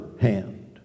hand